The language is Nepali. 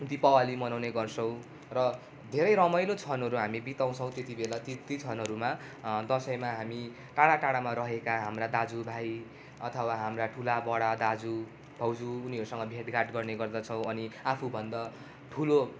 दिपावली मनाउने गर्छौँ र धेरै रमाइलो क्षणहरू हामी बिताउँछौँ त्यतिबेला ती क्षणहरूमा दसैँमा हामी टाढा टाढामा रहेका हाम्रा दाजु भाइ अथवा हाम्रा ठुला बढा दाजु भाउजू उनीहरूसँग भेटघाट गर्ने गर्दछौँ अनि आफूभन्दा ठुलो